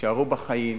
יישארו בחיים.